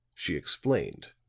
she explained.